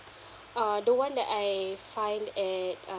uh the one that I find at